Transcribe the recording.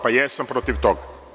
Pa jesam protiv toga.